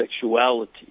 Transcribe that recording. sexuality